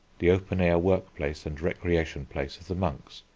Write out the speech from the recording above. the open-air work-place and recreation place of the monks,